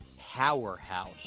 powerhouse